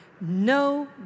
No